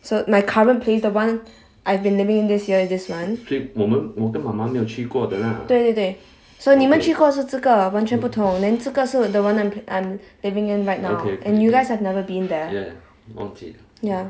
so my current place the one I've been living in this year this one 对对对 so 你们去过的是这个完全不同 then 这个是 the one I'm I'm living in right now and you guys have never been there ya